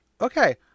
okay